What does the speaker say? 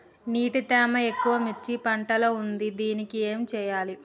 నీటి తేమ ఎక్కువ మిర్చి పంట లో ఉంది దీనికి ఏం చేయాలి?